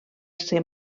ser